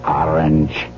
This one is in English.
orange